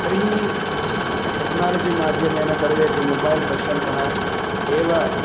तर्हि टेक्नालजिमाध्यमेन सर्वे अपि मोबैल् पश्यन्तः एव